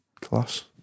Class